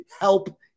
help